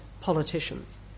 politicians